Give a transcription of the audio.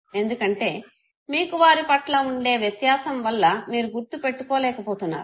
ఎందుకంటే మీకు వారిపట్ల వుండే వ్యత్యాసం వల్ల మీరు గుర్తు పెట్టుకోలేకపోతున్నారు